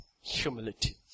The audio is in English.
Humility